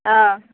অ'